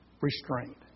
Restraint